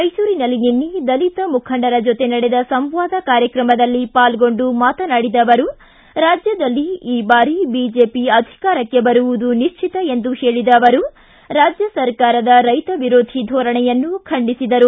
ಮೈಸೂರಿನಲ್ಲಿ ನಿನ್ನೆ ದಲಿತ ಮುಖಂಡರ ಜೊತೆ ನಡೆದ ಸಂವಾದ ಕಾರ್ಯಕ್ರಮದಲ್ಲಿ ಪಾಲ್ಗೊಂಡು ಮಾತನಾಡಿದ ಅವರು ರಾಜ್ಯದಲ್ಲಿ ಈ ಬಾರಿ ಬಿಜೆಪಿ ಅಧಿಕಾರಕ್ಕೆ ಬರುವುದು ನಿಶ್ಚಿತ ಎಂದು ಹೇಳದ ಅವರು ರಾಜ್ಯ ಸರ್ಕಾರದ ರೈತ ವಿರೋಧಿ ಧೋರಣೆಯನ್ನು ಖಂಡಿಸಿದರು